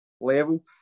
level